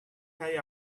pay